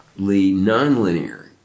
nonlinear